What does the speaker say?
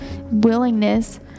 willingness